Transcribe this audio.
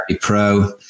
pro